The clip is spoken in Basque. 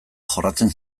jorratzen